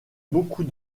beaucoup